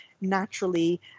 naturally